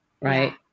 right